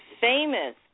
famous